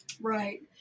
right